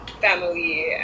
family